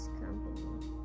company